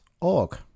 org